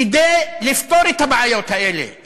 כדי לפתור את הבעיות האלה,